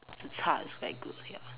zi char is very good ya